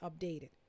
updated